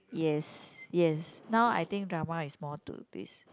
yes yes now I think drama is more to this